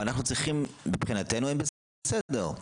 מבחינתנו הם בסדר,